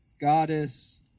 goddess